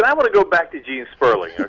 yeah want to go back to you you sperling